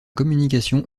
communication